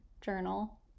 Journal